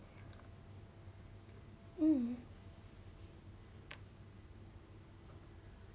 mm